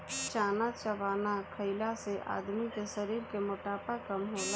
चना चबेना खईला से आदमी के शरीर के मोटापा कम होला